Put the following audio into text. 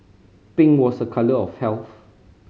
pink was a colour of health